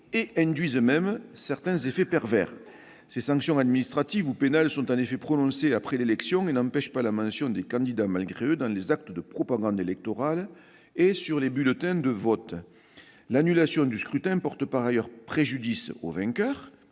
induisent même certains effets pervers. Ces sanctions administratives ou pénales sont en effet prononcées après l'élection et n'empêchent donc pas de mentionner ces « candidats malgré eux » dans les actes de propagande électorale et sur les bulletins de vote. L'annulation du scrutin porte par ailleurs préjudice aux vainqueurs,